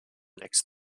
next